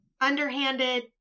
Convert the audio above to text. underhanded